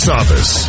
office